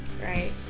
right